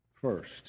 first